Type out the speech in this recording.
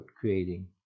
creating